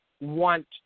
want